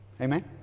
Amen